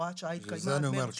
הוראת השעה התקיימה מ-2018.